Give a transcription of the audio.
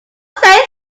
say